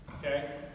Okay